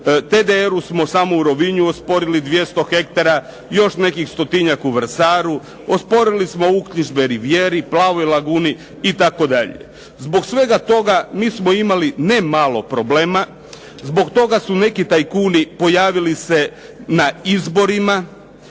TDR-u smo samo u Rovinju osporili 200 hektara i još nekih stotinjak u Vrsaru. Osporili smo uknjižbe Rivijeri, Plavoj laguni itd. Zbog svega toga mi smo imali ne malo problema, zbog toga su neki tajkuni pojavili se na izborima,